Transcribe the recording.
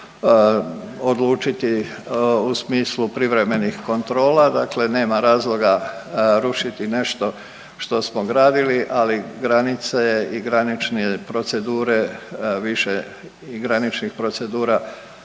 odlučiti u smislu privremenih kontrola, dakle nema razloga rušiti nešto što smo gradili, ali granice i granične procedure više graničnih procedura